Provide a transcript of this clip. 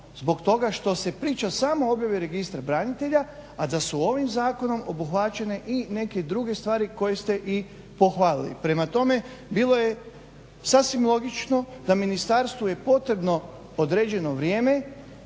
zbog toga što se priča samo o objavi registra branitelja, a da su ovim zakonom obuhvaćene i neke druge stvari koje ste i pohvalili. Prema tome, bilo je sasvim logično da ministarstvu je potrebno određeno vrijeme